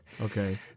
Okay